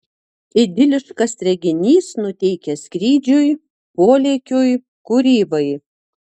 idiliškas reginys nuteikia skrydžiui polėkiui kūrybai